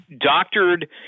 doctored